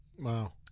Wow